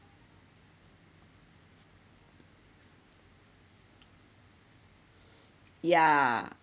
ya